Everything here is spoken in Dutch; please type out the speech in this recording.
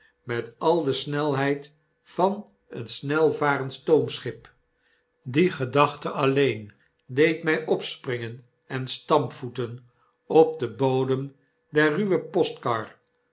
met al de snelheid van een snelvarend stoomschip die gedachte alleen deed my opspringen en stampvoeten op den bodem der ruwe postkar